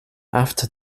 after